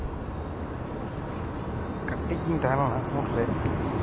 ᱠᱟᱹᱴᱤᱡ ᱜᱮᱧ ᱛᱟᱦᱮᱞᱮᱱᱟ ᱩᱱ ᱨᱮ